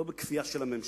לא בכפייה של הממשלה.